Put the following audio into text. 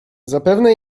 zapewne